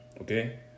Okay